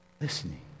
listening